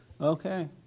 Okay